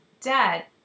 dad